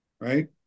right